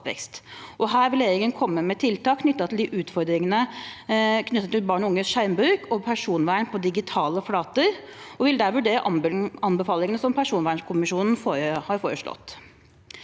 Her vil regjeringen komme med tiltak knyttet til barn og unges skjermbruk og personvern på digitale flater, og vil der vurdere anbefalingene som personvernkommisjonen har foreslått.